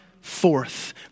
forth